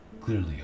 clearly